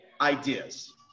ideas